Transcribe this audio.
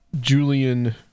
Julian